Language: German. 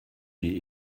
die